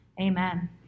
Amen